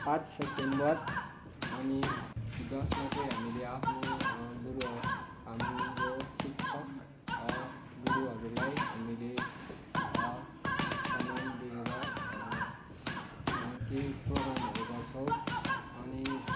पाँच सेप्टेम्बर अनि जसमा चाहिँ हामीले आफ्नो गुरुहरू हाम्रो शिक्षक गुरुहरूलाई हामीले सम्मान दिएर केही प्रोग्रामहरू गर्छौँ अनि